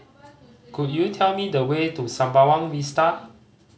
could you tell me the way to Sembawang Vista